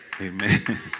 Amen